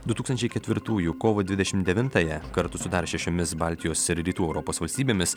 du tūkstančiai ketvirtųjų kovo dvidešim devintąją kartu su dar šešiomis baltijos ir rytų europos valstybėmis